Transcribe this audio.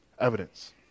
evidence